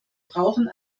brauchen